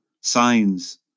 signs